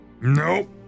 Nope